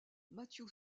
matthew